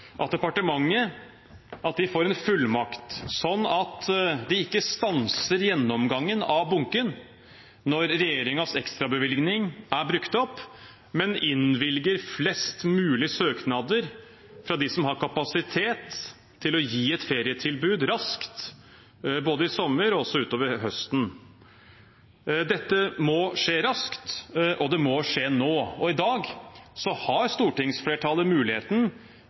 at departementet får en fullmakt, sånn at de ikke stanser gjennomgangen av bunken når regjeringens ekstrabevilgning er brukt opp, men innvilger flest mulig søknader fra dem som har kapasitet til å gi et ferietilbud raskt, både i sommer og også utover høsten. Dette må skje raskt, det må skje nå. I dag har stortingsflertallet muligheten